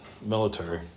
military